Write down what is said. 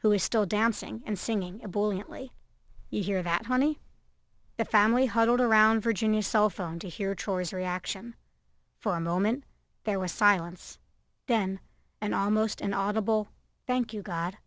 who is still dancing and singing a bowling alley you hear of at honey the family huddled around virginia's cell phone to hear trailers reaction for a moment there was silence then and almost an audible thank you god